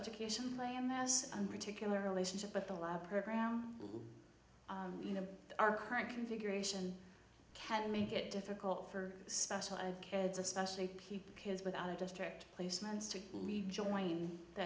education play in this one particular relationship but the last program you know our current configuration can make it difficult for special ed kids especially people kids without the district placements to leave joining th